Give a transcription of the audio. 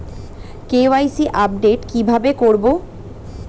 KYC update কি ভাবে করবো?